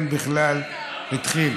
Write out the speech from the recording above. אם בכלל התחיל.